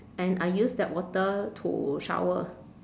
and I use that water to shower